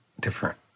different